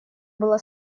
была